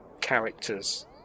characters